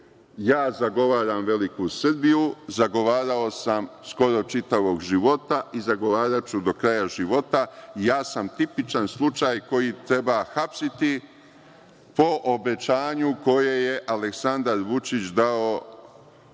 zagovaram veliku Srbiju, zagovarao sam skoro čitavog života i zagovaraću do kraja života. Ja sam tipičan slučaj koji treba hapsiti po obećanju koje je Aleksandar Vučić dao